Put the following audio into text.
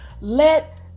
let